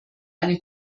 eine